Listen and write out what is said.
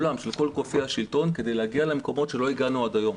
גופי השלטון כדי להגיע למקומות שלא הגענו אליהם עד היום.